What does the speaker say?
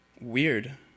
weird